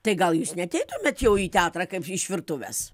tai gal jūs neateitumėt jau į teatrą kaip iš virtuvės